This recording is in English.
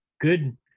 Good